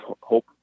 hope